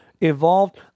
evolved